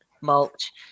mulch